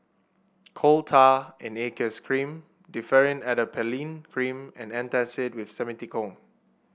Coal Tar in Aqueous Cream Differin Adapalene Cream and Antacid with Simethicone